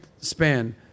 span